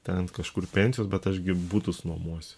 ten kažkur pensijos bet aš gi butus nuomosiu